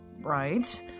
right